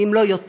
אם לא יותר,